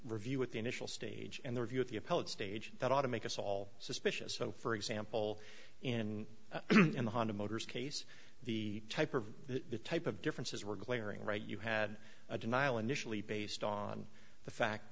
review at the initial stage and the review at the appellate stage that ought to make us all suspicious so for example in the honda motors case the type of the type of differences were glaring right you had a denial initially based on the fact